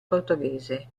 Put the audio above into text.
portoghese